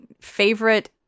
favorite